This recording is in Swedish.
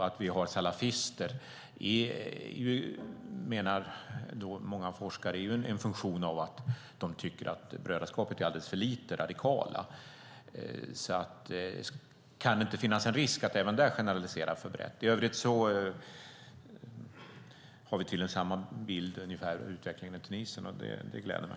Att vi har salafister är, menar många forskare, en följd av att de tycker att brödraskapet är alldeles för lite radikalt. Kan det inte finnas en risk att även där generalisera för brett? I övrigt har vi tydligen ungefär samma bild av utvecklingen i Tunisien. Det gläder mig.